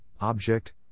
object